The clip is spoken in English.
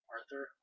Arthur